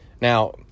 Now